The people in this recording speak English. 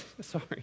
sorry